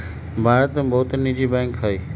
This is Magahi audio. भारत में बहुते निजी बैंक हइ